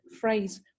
phrase